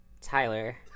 Tyler